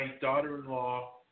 daughter-in-law